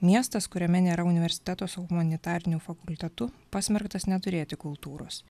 miestas kuriame nėra universiteto su humanitariniu fakultetu pasmerktas neturėti kultūros